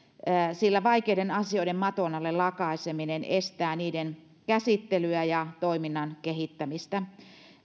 sillä vaikeiden asioiden maton alle lakaiseminen estää niiden käsittelyä ja toiminnan kehittämistä